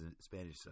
Spanish